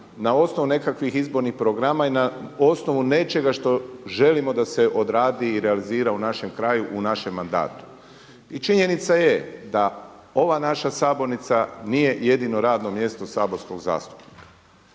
na osnovu nekakvim izbornih programa i na osnovu nečega što želimo da se odradi i realizira u našem kraju u našem mandatu. I činjenica je da ova naša sabornica nije jedino radno mjesto saborskog zastupnika.